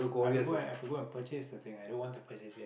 I have to go I have to go purchase the thing i don't want to purchase it